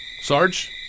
Sarge